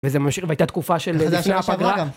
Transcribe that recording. וזו הייתה תקופה של (בשנה שעברה גם) לפני הפגרה